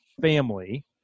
family